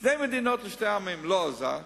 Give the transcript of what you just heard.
שתי מדינות לשני עמים, לא עזר.